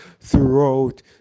throughout